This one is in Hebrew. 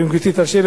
ואם גברתי תאפשר לי,